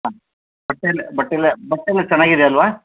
ಹಾಂ ಬಟ್ಟೆಯೆಲ್ಲ ಬಟ್ಟೆಯೆಲ್ಲ ಬಟ್ಟೆಯೆಲ್ಲ ಚೆನ್ನಾಗಿದೆ ಅಲ್ಲವಾ